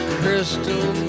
crystal